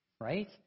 right